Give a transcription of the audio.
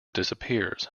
disappears